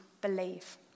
believe